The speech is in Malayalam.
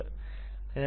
വിദ്യാർത്ഥി അതെ